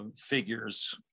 figures